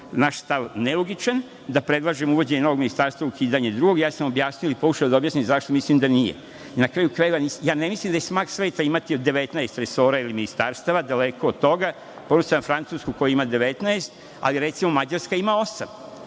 naš stav nelogičan, da predlažemo uvođenje novog ministarstva, ukidanje drugog. Ja sam objasnio i pokušao da objasnim zašto mislim da nije. Na kraju krajeva, ne mislim da je smak sveta imati 19 resora ili ministarstava, daleko od toga, po ugledu na Francusku koja ima 19, ali Mađarska ima